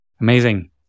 Amazing